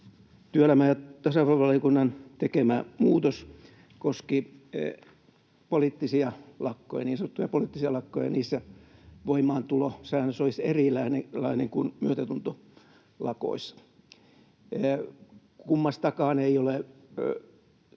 työelämä- ja tasa-arvovaliokunnan tekemä muutos koski niin sanottuja poliittisia lakkoja. Niissä voimaantulosäännös olisi erilainen kuin myötätuntolakoissa. Kummastakaan ei ole